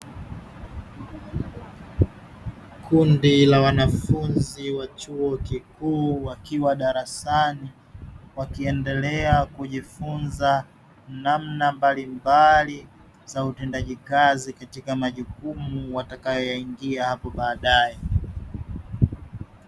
Kundi la wanafunzi wa chuo kikuu wakiwa darasani wakiendelea kujifunza namna mbalimbali za utendaji kazi katika majukumu watakayo yaingia hapo baadaye